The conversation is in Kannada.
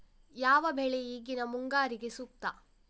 ಯಾವ ಬೆಳೆ ಈಗಿನ ಮುಂಗಾರಿಗೆ ಸೂಕ್ತ?